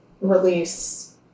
release